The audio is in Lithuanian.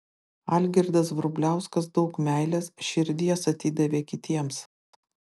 algirdas vrubliauskas daug meilės širdies atidavė kitiems